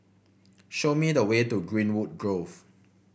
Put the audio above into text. show me the way to Greenwood Grove